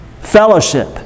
Fellowship